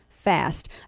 fast